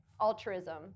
altruism